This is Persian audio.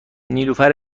نیلوفر